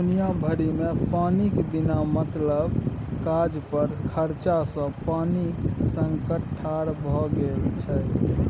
दुनिया भरिमे पानिक बिना मतलब काज पर खरचा सँ पानिक संकट ठाढ़ भए गेल छै